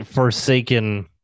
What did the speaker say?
Forsaken